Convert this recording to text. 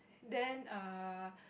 then err